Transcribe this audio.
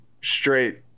straight